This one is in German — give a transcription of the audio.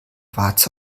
warze